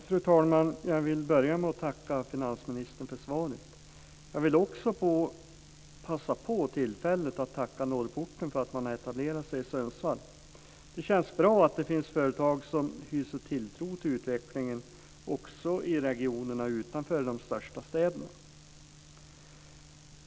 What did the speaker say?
Fru talman! Jag vill börja med att tacka finansministern för svaret. Jag vill också passa på tillfället att tacka Norrporten för att man har etablerat sig i Sundsvall. Det känns bra att det finns företag som hyser tilltro till utvecklingen också i regionerna utanför de största städerna.